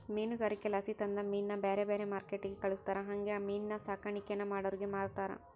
ಮೀನುಗಾರಿಕೆಲಾಸಿ ತಂದ ಮೀನ್ನ ಬ್ಯಾರೆ ಬ್ಯಾರೆ ಮಾರ್ಕೆಟ್ಟಿಗೆ ಕಳಿಸ್ತಾರ ಹಂಗೆ ಮೀನಿನ್ ಸಾಕಾಣಿಕೇನ ಮಾಡೋರಿಗೆ ಮಾರ್ತಾರ